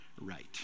right